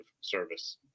service